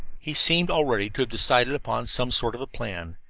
he seemed already to have decided upon some sort of a plan,